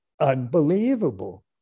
unbelievable